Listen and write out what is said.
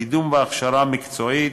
קידום והכשרה מקצועית,